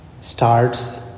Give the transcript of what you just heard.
starts